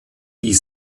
die